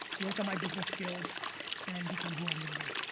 work on my business skills and become who i'm gonna be.